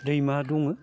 दैमा दङ